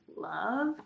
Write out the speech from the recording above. Love